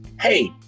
hey